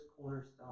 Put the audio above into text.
cornerstone